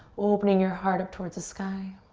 opening your heart up towards the sky.